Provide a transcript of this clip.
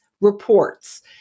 reports